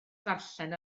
ddarllen